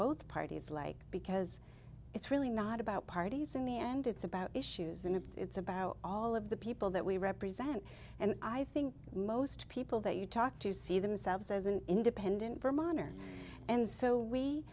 both parties like because it's really not about parties in the end it's about issues and it's about all of the people that we represent and i think most people that you talk to see themselves as an independent vermonter and so we